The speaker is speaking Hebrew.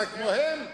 אתה כמוהם?